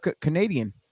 Canadian